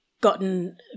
gotten